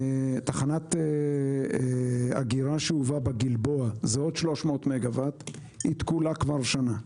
תחנת אגירה בגלבוע זה עוד 300 מגוואט והיא תקולה כבר שנה.